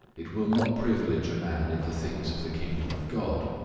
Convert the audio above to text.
it will not privilege a man in the things of the kingdom of god.